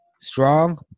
strong